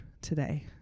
today